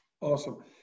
Awesome